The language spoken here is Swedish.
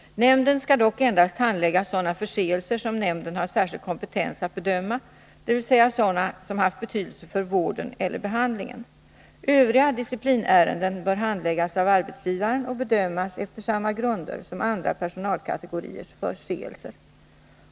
Nämnden skall dock endast handlägga sådana förseelser som nämnden har särskild kompetens att bedöma, dvs. sådana som haft betydelse för vården eller behandlingen. Övriga disciplinärenden bör handläggas av arbetsgivaren och bedömas efter samma grunder som andra personalkategoriers förseelser.